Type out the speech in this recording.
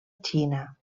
xina